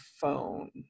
phone